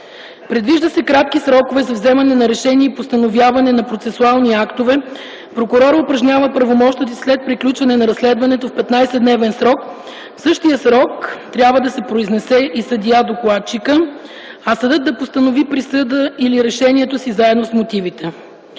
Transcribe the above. предвиждат се кратки срокове за вземане на решение и постановяване на процесуални актове – прокурорът упражнява правомощията си след приключване на разследването в 15-дневен срок, в същия срок трябва да се произнесе съдията-докладчик, а съдът да постанови присъдата или решението си, заедно с мотивите;